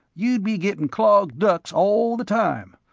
you'd be gettin' clogged ducts all the time.